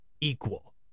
equal